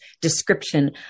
description